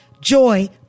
joy